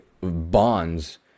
bonds